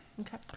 Okay